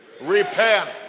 Repent